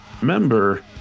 remember